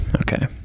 Okay